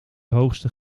hoogste